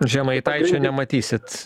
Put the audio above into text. žemaitaičio nematysit